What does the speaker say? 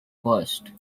first